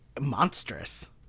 monstrous